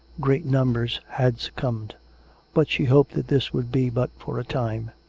great numbers had succumbed but she hoped that this would be but for a time.